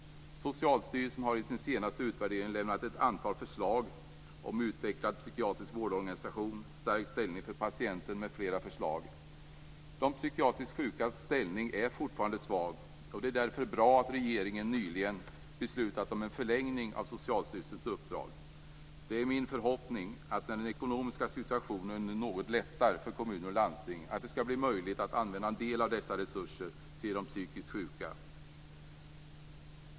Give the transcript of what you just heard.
Socialstyrelsen har i sin senaste utvärdering lämnat ett antal förslag, bl.a. om utvecklad psykiatrisk vårdorganisation och stärkt ställning för patienten. De psykiskt sjukas ställning är fortfarande svag, och det är därför bra att regeringen nyligen beslutat om en förlängning av Socialstyrelsens uppdrag. Det är min förhoppning att när den ekonomiska situationen nu lättar något för kommuner och landsting skall det bli möjligt att använda en del av dessa resurser till de psykiskt sjuka.